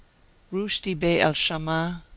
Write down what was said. rushdi bey el-shamaa,